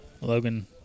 Logan